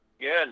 Good